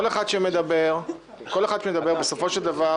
כל אחד שמדבר בסופו של דבר